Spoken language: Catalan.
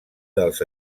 dels